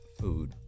food